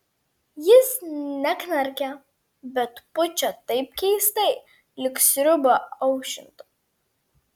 jis neknarkia bet pučia taip keistai lyg sriubą aušintų